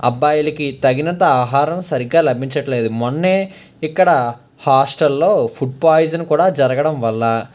అబ్బాయిలకి తగినంత ఆహారం సరిగ్గా లభించట్లేదు మొన్నే ఇక్కడ హాస్టల్లో ఫుడ్ పాయిజన్ కూడా జరగడం వల్ల